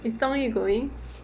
is zhong yu going